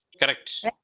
Correct